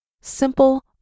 simple